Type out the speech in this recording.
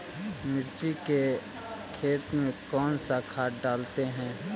मिर्ची के खेत में कौन सा खाद डालते हैं?